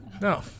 No